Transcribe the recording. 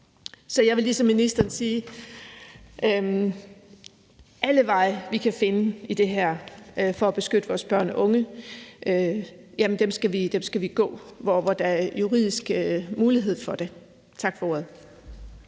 Så jeg vil ligesom ministeren sige: Alle de veje, vi kan finde i det her for at beskytte vores børn og unge, skal vi gå, hvor der er juridisk mulighed for det. Tak for ordet.